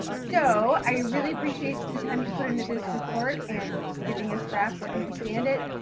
so i really appreciate the time you put into this report and giving us graphs to understand it.